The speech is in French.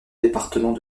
département